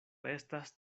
estas